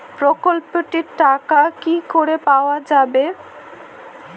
প্রকল্পটি র টাকা কি করে পাওয়া যাবে?